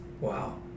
Wow